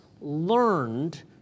learned